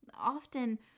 Often